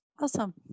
Awesome